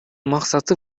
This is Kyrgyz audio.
максаты